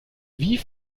wie